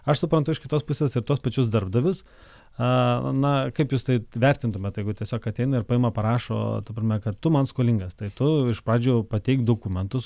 aš suprantu iš kitos pusės ir tuos pačius darbdavius na kaip jūs tai vertintumėt jeigu tiesiog ateina ir paima parašo ta prasme kad tu man skolingas tai tu iš pradžių pateik dokumentus